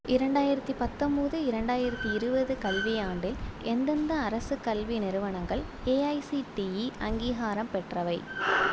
இரண்டாயிரத்து பத்தொம்பது இரண்டாயிரத்து இருபது கல்வியாண்டில் எந்தெந்த அரசு கல்வி நிறுவனங்கள் ஏஐசிடிஇ அங்கீகாரம் பெற்றவை